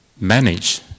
manage